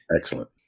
Excellent